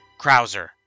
Krauser